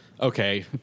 Okay